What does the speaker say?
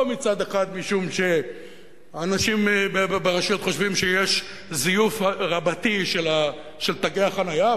או משום שאנשים ברשויות חושבים שיש זיוף רבתי של תגי החנייה,